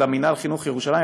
מינהל החינוך ירושלים,